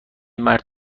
مرد